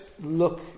look